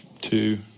two